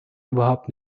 überhaupt